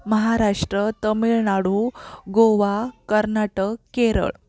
Maharashtra Tamil Nadu Goa Karnataka Kerala